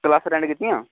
क्लासां अटैंड कीतियां